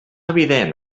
evident